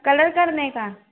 colour करने का